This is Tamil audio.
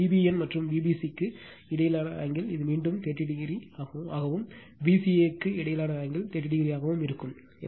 Vbn மற்றும் Vbc க்கு இடையிலான ஆங்கிள் இது மீண்டும் 30o ஆகவும் Vca க்கு இடையிலான ஆங்கிள் 30o ஆகவும் இருக்கும்